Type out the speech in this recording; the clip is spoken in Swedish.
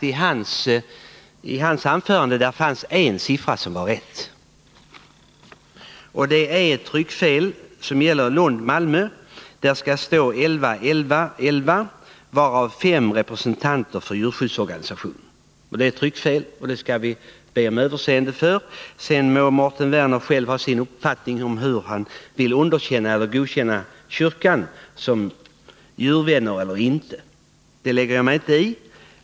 I sammanställningen över de djurförsöksetiska nämndernas sammansättning i betänkandet skall det för Lund/Malmö stå 11 forskare, 11 försöksdjurspersonal, 11 lekmän, varav 5 representanter för djurskyddsorganisation. Det är alltså ett tryckfel när det står 8 representanter för djurskyddsorganisation. Vi ber om överseende för detta tryckfel, men sedan må Mårten Werner ha sin uppfattning huruvida han vill underkänna eller godkänna kyrkan som djurvän eller inte. Det lägger jag mig inte i.